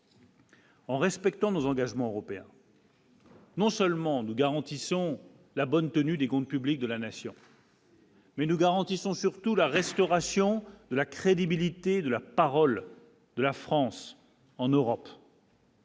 En respectant nos engagements européens. Non seulement nous garantissons la bonne tenue des comptes publics de la nation. Mais nous garantissons surtout la restauration de la crédibilité de la parole. La France en Europe.